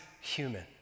human